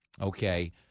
okay